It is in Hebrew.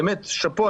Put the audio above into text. שאפו,